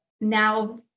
Now